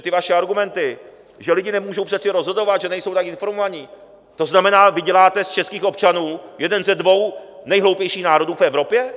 Ty vaše argumenty, že lidi nemůžou rozhodovat, že nejsou tak informovaní, to znamená, vy děláte z českých občanů jeden ze dvou nejhloupějších národů v Evropě?